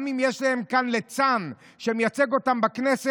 גם אם יש להם כאן ליצן שמייצג אותם בכנסת,